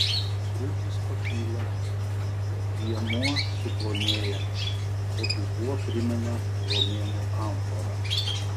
krūtys pakyla liemuo suplonėja o dubuo primena romėnų amforą